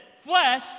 flesh